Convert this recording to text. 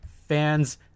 fans